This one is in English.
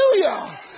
Hallelujah